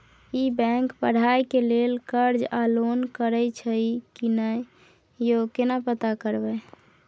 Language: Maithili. ई बैंक पढ़ाई के लेल कर्ज आ लोन करैछई की नय, यो केना पता करबै?